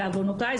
בעוונותיי.